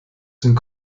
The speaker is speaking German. sind